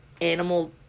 animal